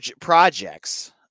projects